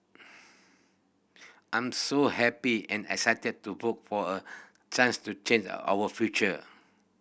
I'm so happy and excited to vote for a chance to change our future